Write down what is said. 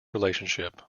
relationship